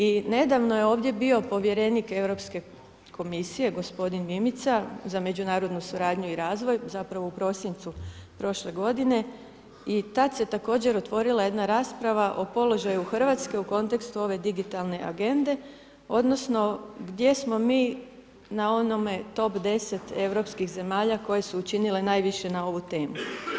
I nedavno je ovdje bio povjerenik Europske komisije gospodin Mimica za međunarodnu suradnju i razvoj zapravo u prosincu prošle godine i tad se također otvorila jedna rasprava o položaju Hrvatske u kontekstu ove Digitalne agende, odnosno gdje smo mi na onome top 10 europskih zemalja koje su učinile najviše na ovu temu.